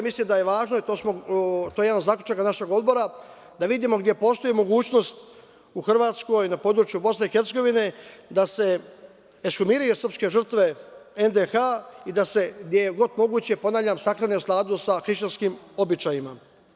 Mislim da je važno, a to je jedan od zaključaka našeg odbora, da vidimo gde postoji mogućnost u Hrvatskoj, na području BiH, da se ekshumiraju srpske žrtve NDH i da se gde je god moguće, ponavljam, sahrane u skladu sa hrišćanskim običajima.